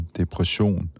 depression